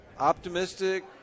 Optimistic